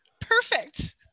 Perfect